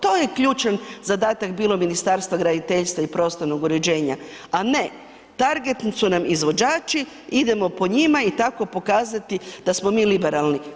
To je ključan zadatak bilo Ministarstva graditeljstva i prostornog uređenja, a ne … su nam izvođači idemo po njima i tako pokazati da smo mi liberalni.